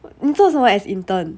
你做什么 as intern